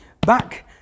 back